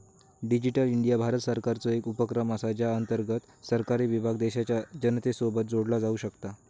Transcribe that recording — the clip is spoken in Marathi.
डिजीटल इंडिया भारत सरकारचो एक उपक्रम असा ज्या अंतर्गत सरकारी विभाग देशाच्या जनतेसोबत जोडला जाऊ शकता